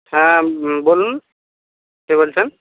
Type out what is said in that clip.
হ্যাঁ বলুন কে বলছেন